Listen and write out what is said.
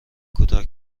کوتاه